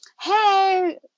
hey